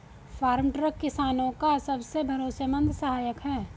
farm truck किसानो का सबसे भरोसेमंद सहायक है